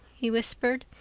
he whispered.